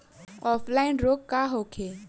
Offline रोग का होखे?